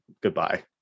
Goodbye